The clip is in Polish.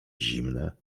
zimne